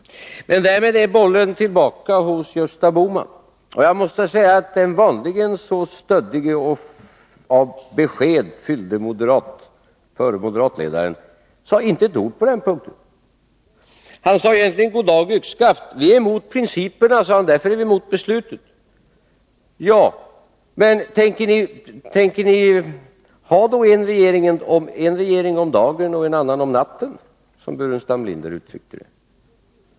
Därmed är bollen tillbaka hos Gösta Bohman. Den vanligen så stöddige och av besked fyllde förre moderatledaren sade inte ett ord på den punkten. Han sade egentligen goddag — yxskaft. Vi är emot principerna, sade han, och därför är vi emot beslutet. Ja, men tänker ni ha en regering om dagen och en annan om natten, som Burenstam Linder uttryckte det?